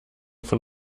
von